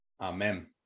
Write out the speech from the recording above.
amen